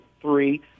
three